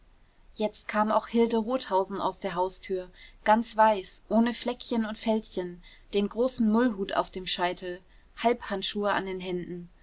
jetzt kam auch hilde rothausen aus der haustür ganz weiß ohne fleckchen und fältchen den großen mullhut auf dem scheitel halbhandschuhe an den händen